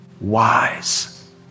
wise